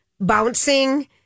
bouncing